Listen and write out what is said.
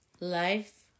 life